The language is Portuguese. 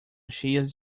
cheias